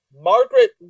Margaret